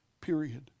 period